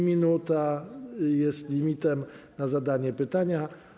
Minuta jest limitem czasu na zadanie pytania.